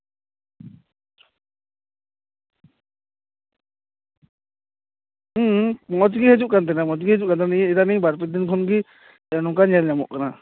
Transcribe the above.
ᱦᱩᱸ ᱦᱩᱸ ᱢᱚᱡᱽ ᱜᱮ ᱦᱤᱡᱩᱜ ᱠᱟᱱ ᱛᱟᱦᱮᱸᱱᱟ ᱢᱚᱡᱽ ᱜᱮ ᱦᱤᱡᱩᱜ ᱠᱟᱱ ᱛᱟᱦᱮᱸᱱᱟ ᱱᱤᱭᱟᱹ ᱤᱫᱟᱱᱤᱝ ᱵᱟᱨ ᱯᱮ ᱫᱤᱱ ᱠᱷᱚᱱ ᱜᱮ ᱱᱚᱝᱠᱟ ᱧᱮᱞ ᱧᱟᱢᱚᱜ ᱠᱟᱱᱟ